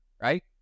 right